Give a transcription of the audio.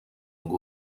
ngo